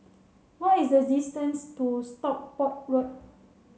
what is the distance to Stockport Road